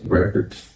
records